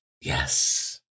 Yes